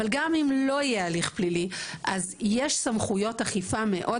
אבל גם אם לא יהיה הליך פלילי אז יש סמכויות אכיפה מאוד